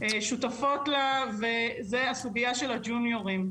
שותפות לה, וזו הסוגיה של הג'וניורים.